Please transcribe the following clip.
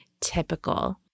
typical